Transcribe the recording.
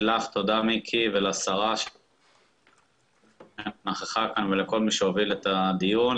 תודה לך מיקי ותודה לשרה שהייתה כאן ותודה לכל מי שהוביל את הדיון.